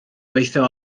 gweithio